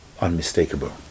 unmistakable